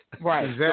Right